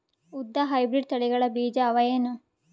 ಉದ್ದ ಹೈಬ್ರಿಡ್ ತಳಿಗಳ ಬೀಜ ಅವ ಏನು?